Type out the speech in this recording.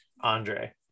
Andre